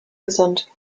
gesund